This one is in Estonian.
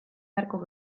märku